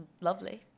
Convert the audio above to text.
lovely